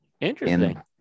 Interesting